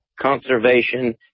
conservation